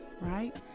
Right